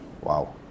Wow